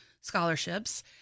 scholarships